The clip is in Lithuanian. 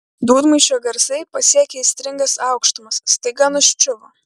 dūdmaišio garsai pasiekę aistringas aukštumas staiga nuščiuvo